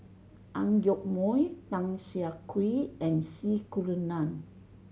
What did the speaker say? Ang Yoke Mooi Tan Siah Kwee and C Kunalan